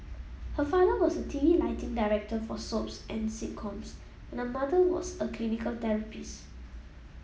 her father was a T V lighting director for soaps and sitcoms and her mother was a clinical therapist